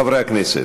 חברי הכנסת,